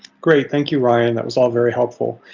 great. thank you, ryan, that was all very helpful.